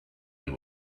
and